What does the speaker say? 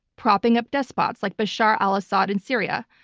propping up despots like bashar al-assad in syria,